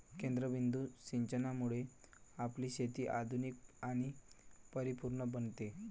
केंद्रबिंदू सिंचनामुळे आपली शेती आधुनिक आणि परिपूर्ण बनते